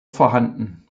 vorhanden